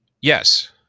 Yes